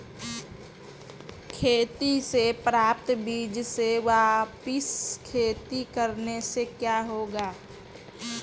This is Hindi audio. खेती से प्राप्त बीज से वापिस खेती करने से क्या होगा?